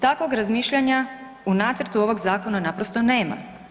Takvog razmišljanja u nacrtu ovog zakona naprosto nema.